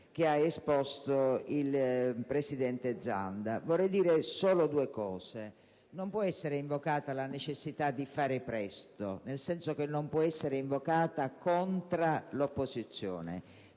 che ha esposto il presidente Zanda. Vorrei dire solo due cose. Non può essere invocata la necessità di fare presto, nel senso che non può essere invocata *contra* l'opposizione,